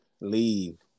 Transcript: leave